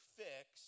fix